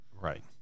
Right